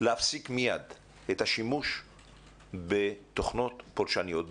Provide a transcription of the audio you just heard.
להפסיק מיד את השימוש בתוכנות פולשניות,